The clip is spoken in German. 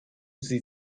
sie